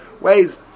Ways